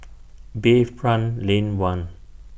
Bayfront Lane one